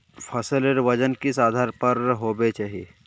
फसलेर वजन किस आधार पर होबे चही?